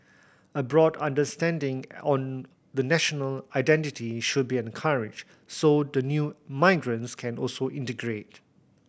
a broad understanding on the national identity should be encouraged so the new migrants can also integrate